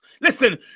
Listen